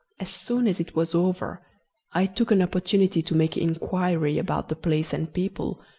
as soon as it was over i took an opportunity to make inquiry about the place and people,